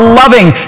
loving